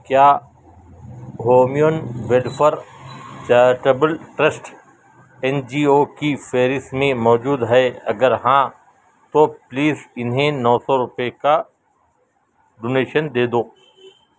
کیا ہومیون ویڈفر charitable trust N G O کی فہرست میں موجود ہے اگر ہاں تو پلیز انہیں نو سو روپئے کا ڈونیشن دے دو